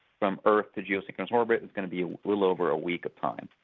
from earth to geosynchronous orbit it's going to be a little over a week of time.